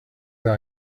that